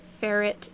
ferret